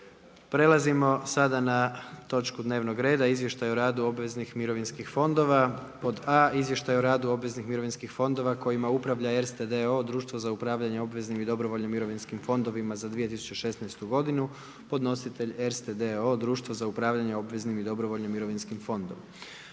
**Jandroković, Gordan (HDZ)** Izvještaj o radu obveznih mirovinskih fondova: a) Izvještaj o radu obveznih mirovinskih fondova kojima upravlja Erste d.o.o. Društvo za upravljanje obveznim i dobrovoljnim mirovinskim fondovima za 2016. godinu, podnositelj je Erste d.o.o. Društvo za upravljanje obveznim i dobrovoljnim mirovinskim fondom.